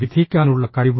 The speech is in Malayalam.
വിധിക്കാനുള്ള കഴിവ്